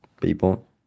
people